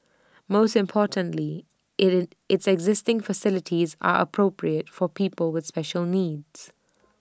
most importantly IT is its existing facilities are appropriate for people with special needs